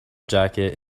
jacket